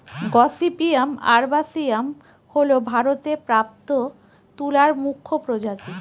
gossypium arboreum হল ভারতে প্রাপ্ত তুলার মুখ্য প্রজাতি